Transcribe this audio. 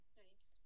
nice